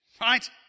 Right